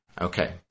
Okay